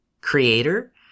creator